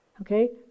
Okay